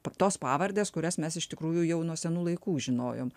tos pavardės kurias mes iš tikrųjų jau nuo senų laikų žinojom